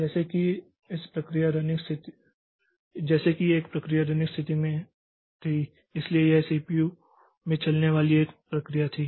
जैसे कि एक प्रक्रिया रनिंग स्थिति में थी इसलिए यह सीपीयू में चलने वाली एक प्रक्रिया थी